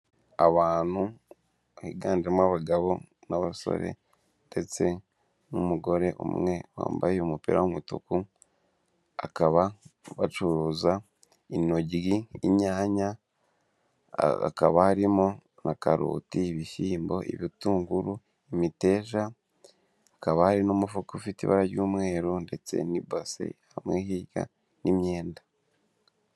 Abantu higanjemo abagabo n'abasore ndetse n'umugore umwe wambaye umupira w'umutuku, akaba bacuruza intoryi, inyanya, hakaba harimo na karoti, ibishyimbo, ibitunguru, imiteja, hakaba kabari n'umufuka ufite ibara ry'umweru ndetse n'ibase hamwe hirya n'imyenda.